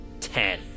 ten